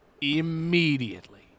Immediately